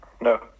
No